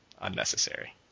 Unnecessary